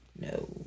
no